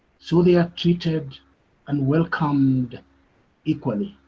so they are treated and welcomed equally.